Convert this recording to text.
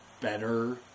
better